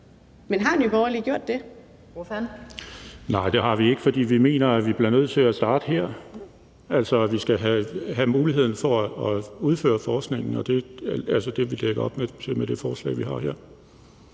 Seier Christensen (NB): Nej, det har vi ikke, for vi mener, at vi bliver nødt til at starte her. Vi skal have muligheden for at udføre forskningen, og det er det, vi lægger op til med det forslag, vi